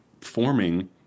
forming